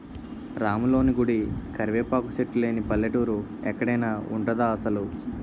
రాములోని గుడి, కరివేపాకు సెట్టు లేని పల్లెటూరు ఎక్కడైన ఉంటదా అసలు?